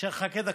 חכה דקה,